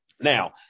Now